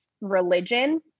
religion